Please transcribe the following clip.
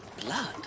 Blood